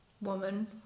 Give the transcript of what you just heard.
woman